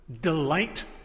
delight